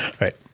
right